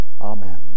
Amen